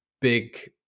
big